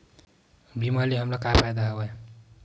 बीमा ले हमला का फ़ायदा हवय?